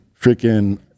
freaking